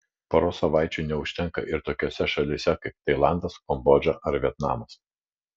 poros savaičių neužtenka ir tokiose šalyse kaip tailandas kambodža ar vietnamas